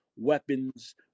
Weapons